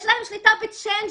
יש להם שליטה בצ'יינג'ים.